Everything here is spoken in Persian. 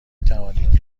توانید